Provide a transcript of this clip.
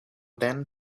then